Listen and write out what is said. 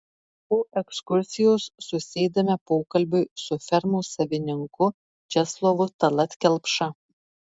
po ekskursijos susėdame pokalbiui su fermos savininku česlovu tallat kelpša